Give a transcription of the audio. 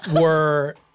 were-